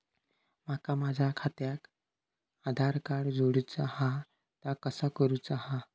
माका माझा खात्याक आधार कार्ड जोडूचा हा ता कसा करुचा हा?